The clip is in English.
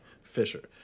Fisher